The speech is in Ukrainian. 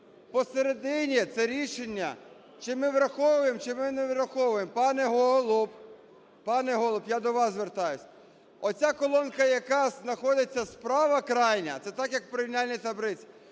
Посередині – це рішення чи ми враховуємо, чи ми не враховуємо. Пане Голуб, пане Голуб, я до вас звертаюсь. Оця колонка, яка знаходиться справа крайня, – це так, як в порівняльній таблиці.